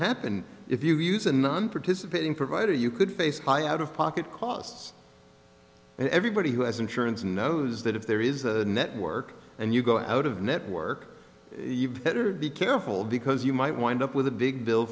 happen if you use a nonparticipating provider you could face out of pocket costs everybody who has insurance knows that if there is a network and you go out of network you better be careful because you might wind up with a big bill